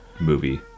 movie